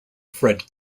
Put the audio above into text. fred